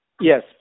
Yes